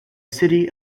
city